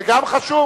אבל זה גם חשוב.